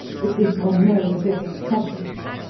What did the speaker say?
if this were known to his subjects.